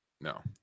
No